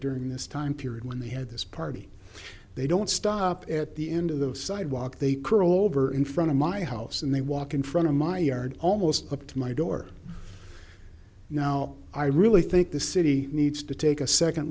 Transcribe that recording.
during this time period when they had this party they don't stop at the end of the sidewalk they crawl over in front of my house and they walk in front of my yard almost up to my door now i really think the city needs to take a second